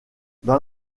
dans